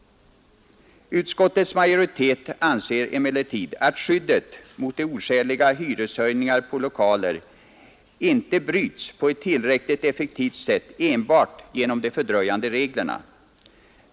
Utskottets majoritet anser emellertid att skyddet mot de oskäliga hyreshöjningarna på lokaler inte bryts på ett tillräckligt effektivt sätt enbart genom de fördröjande reglerna.